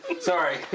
sorry